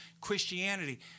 Christianity